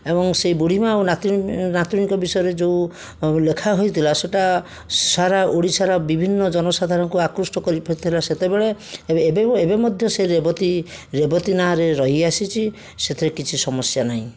ଏବଂ ସେହି ବୁଢ଼ୀମା ଆଉ ନାତୁଣୀଙ୍କ ବିଷୟରେ ଯେଉଁ ଲେଖା ହୋଇଥିଲା ସେଇଟା ସାରା ଓଡ଼ିଶାର ବିଭିନ୍ନ ଜନସାଧାରଣଙ୍କୁ ଆକୃଷ୍ଟ କରିପାରିଥିଲା ସେତେବେଳେ ଏବେ ଏବେ ମଧ୍ୟ ସେ ରେବତୀ ରେବତୀ ନାଁରେ ରହିଆସିଛି ସେଥିରେ କିଛି ସମସ୍ୟା ନାହିଁ